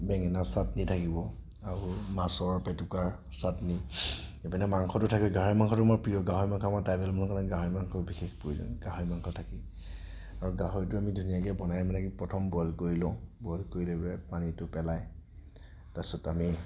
বেঙেনা চাতনি থাকিব আৰু মাছৰ পেটুকাৰ চাতনি ইপিনে মাংসটো থাকে গাহৰি মাংসটো আমাৰ প্ৰিয় গাহৰি মাংস আমাৰ ট্ৰাইবেল মানুহৰ কাৰণে গাহৰি মাংস বিশেষ প্ৰয়োজনীয় গাহৰি মাংস থাকেই আৰু গাহৰিটো আমি ধুনীয়াকৈ বনাই পেলাই প্ৰথম বইল কৰি লওঁ বইল কৰি লৈ পেলাই পানীটো পেলাই তাৰ পিছত আমি